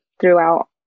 throughout